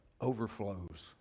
overflows